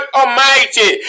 almighty